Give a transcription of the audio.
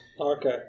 Okay